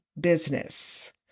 business